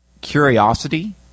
curiosity